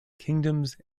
kingdoms